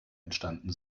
entstanden